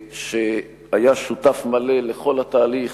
שהיה שותף מלא לכל התהליך,